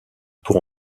pour